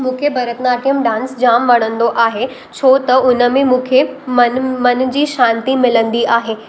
मूंखे भरतनाट्यम डांस जाम वणंदो आहे छो त उनमें मूंखे मन मन जी शांति मिलंदी आहे